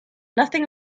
nothing